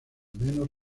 menos